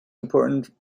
important